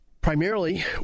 Primarily